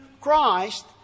Christ